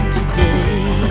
today